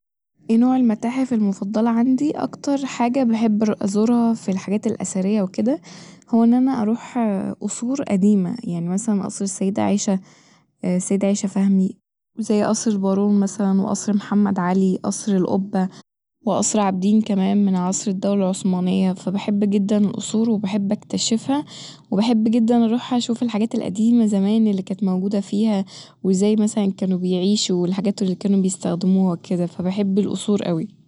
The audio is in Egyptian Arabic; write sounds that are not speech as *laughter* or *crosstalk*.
ايه نوع المتاحف المفضلة عندي ؟ أكتر حاجة بحب أر- أزرها ف الحاجات الأثرية وكده هو إن أنا أروح *hesitation* قصور قديمة يعني مثلا قصر السيدة عيشة السيدة عيشة فهمي وزي قصر البارون مثلا وقصر محمد علي قصر القبة وقصر عابدين كمان من عصر الدولة العثمانية فبحب جدا القصور وبحب أكتشفها وبحب جدا أروح اشوف الحاجات القديمة زمان الل كانت موجودة فيها وازاي مثلا كانو بيعيشو والحاجات اللي كانو بيستخدموها وكده ف بحب القصور اوي